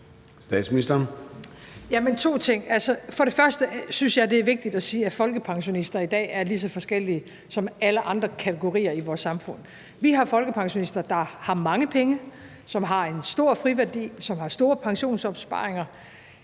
Jeg vil gerne sige to ting. Først og fremmest synes jeg, at det er vigtigt at sige, at folkepensionister i dag er lige så forskellige, som folk er i alle andre kategorier i vores samfund. Vi har folkepensionister, der har mange penge, som har en stor friværdi, og som har store pensionsopsparinger.